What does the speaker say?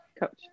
Coach